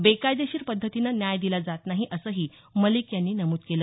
बेकायदेशीर पद्धतीनं न्याय दिला जात नाही असंही मलिक यांनी नमूद केलं